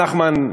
נחמן,